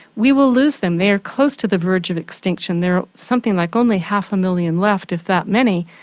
we will lose them, they are close to the verge of extinction, there are something like only half a million left if that many.